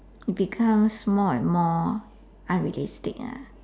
it becomes more and more unrealistic ah